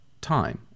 time